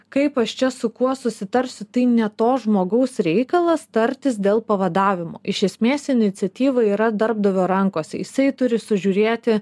kaip aš čia su kuo susitarsiu tai ne to žmogaus reikalas tartis dėl pavadavimo iš esmės iniciatyva yra darbdavio rankose jisai turi sužiūrėti